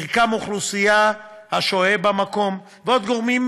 מרקם האוכלוסייה השוהה במקום ועוד גורמים